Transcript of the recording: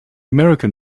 american